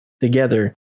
together